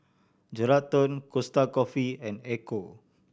Geraldton Costa Coffee and Ecco